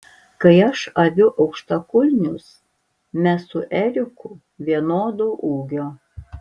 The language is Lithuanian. kai aš aviu aukštakulnius mes su eriku vienodo ūgio